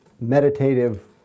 meditative